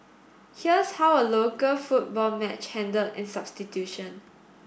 here's how a local football match handle in substitution